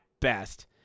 best